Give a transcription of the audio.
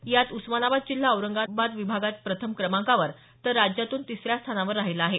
यात उस्मानाबाद जिल्हा औरंगाबाद विभागात प्रथम क्रमांकावर तर राज्यातून तिसऱ्या स्थानावर राहिला आहे